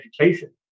education